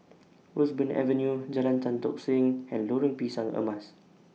Roseburn Avenue Jalan Tan Tock Seng and Lorong Pisang Emas